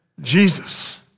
Jesus